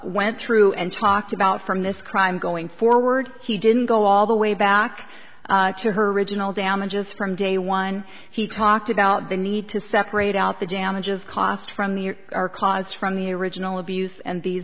went through and talked about from this crime going forward he didn't go all the way back to her original damages from day one he talked about the need to separate out the damages cost from the our cause from the original abuse and these